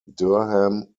durham